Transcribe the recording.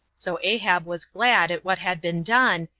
so ahab was glad at what had been done,